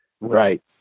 Right